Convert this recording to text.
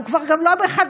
הוא כבר גם לא בחדרה,